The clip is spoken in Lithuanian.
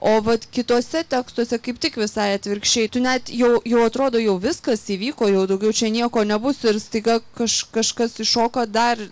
o vat kituose tekstuose kaip tik visai atvirkščiai tu net jau jau atrodo jau viskas įvyko jau daugiau čia nieko nebus ir staiga kaž kažkas iššoka dar